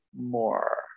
more